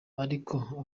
abwirwa